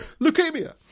leukemia